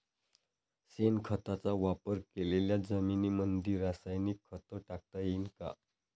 शेणखताचा वापर केलेल्या जमीनीमंदी रासायनिक खत टाकता येईन का?